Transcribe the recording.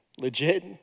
legit